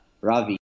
Ravi